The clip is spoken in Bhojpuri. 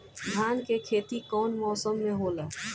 धान के खेती कवन मौसम में होला?